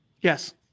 Yes